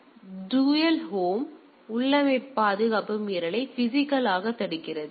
எனவே இன்னொன்று screened host firewall dual home எனவே உள்ளமைவு பாதுகாப்பு மீறலை பிசிகலாக தடுக்கிறது